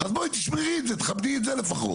אז בואי תשמרי את זה, תכבדי את זה לפחות.